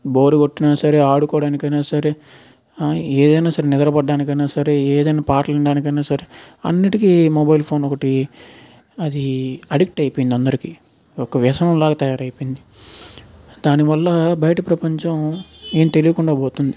bore కొట్టినా సరే ఆడు కోవడానికైనా సరే ఏదైన్నా సరే నిద్ర పట్టడానికైనా సరే ఏదైన్నా పాటలు వినడానికైనా సరే అన్నింటికి ఈ మొబైల్ ఫోన్ ఒకటి అది అడిక్ట్ అయిపోయింది అందరికి ఒక వ్యసనంలాగా తయారైపోయింది దాని వల్ల బయట ప్రపంచం ఏమి తెలికుండా పోతుంది